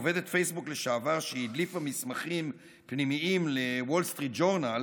עובדת פייסבוק לשעבר שהדליפה מסמכים פנימיים לוול סטריט ג'ורנל,